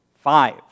Five